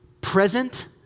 Present